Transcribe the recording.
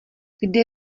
kde